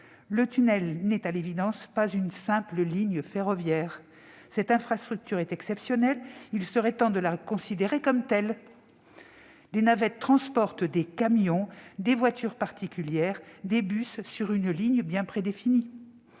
Le tunnel n'est à l'évidence pas une simple ligne ferroviaire. Cette infrastructure est exceptionnelle ; il serait temps de la considérer comme telle. Des navettes transportent des camions, des voitures particulières, des bus sur une ligne prédéfinie.